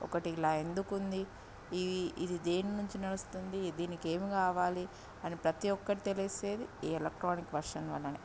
ఒకటి ఇలా ఎందుకు ఉంది ఇది ఇది దేని నుంచి నడుస్తుంది దీనికి ఏమి కావాలి అని ప్రతి ఒక్కటి తెలిసేది ఈ ఎలక్ట్రానిక్ వర్షన్ వల్లనే